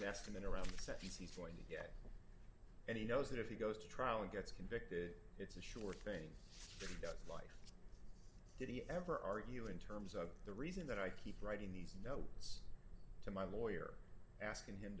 an estimate around and he knows that if he goes to trial and gets convicted it's a sure thing did he ever argue in terms of the reason that i keep writing these you know to my lawyer asking him